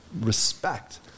respect